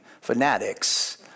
fanatics